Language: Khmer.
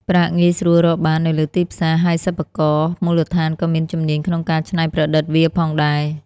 ប្រាក់ងាយស្រួលរកបាននៅលើទីផ្សារ ហើយសិប្បករមូលដ្ឋានក៏មានជំនាញក្នុងការច្នៃប្រឌិតវាផងដែរ។